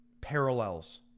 parallels